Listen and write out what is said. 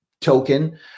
token